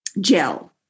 gel